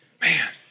Man